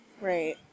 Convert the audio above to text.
Right